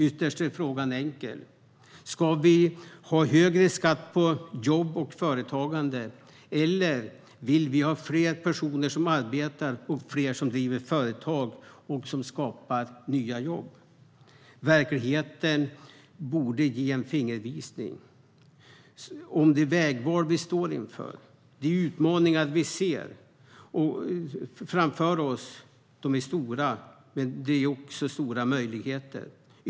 Ytterst är frågan enkel: Ska vi ha högre skatt på jobb och företagande, eller vill vi ha fler personer som arbetar och fler som driver företag och som skapar nya jobb? Verkligheten borde ge en fingervisning om det vägval vi står inför. De utmaningar vi ser framför oss är stora, men de ger också stora möjligheter.